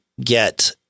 get